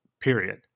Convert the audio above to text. period